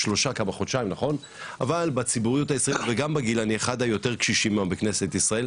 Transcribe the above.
אבל בציבוריות הישראלית וגם בגיל אני אחד היותר קשישים בכנסת ישראל,